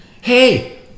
hey